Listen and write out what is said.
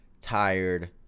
tired